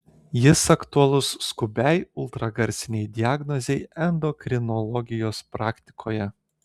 jis aktualus skubiai ultragarsinei diagnostikai endokrinologijos praktikoje